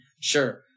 Sure